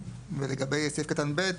ולגבי סעיף קטן (ב)